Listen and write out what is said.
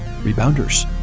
rebounders